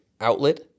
outlet